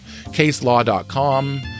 caselaw.com